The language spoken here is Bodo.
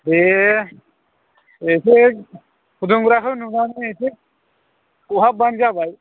दे एसे फुदुंग्राखौ नुबानो एसे खहाब बानो जाबाय